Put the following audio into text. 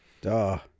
Duh